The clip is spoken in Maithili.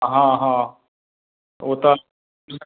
हँ हँ ओ तऽ